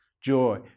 joy